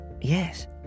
Yes